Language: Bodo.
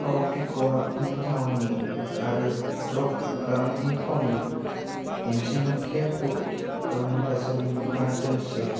फाव पिकआपनि थावनि आरो ड्रप खालामनायनि थावनि दिन्थिना केब बुक खालाम थासारि नोंथाङा दोंसे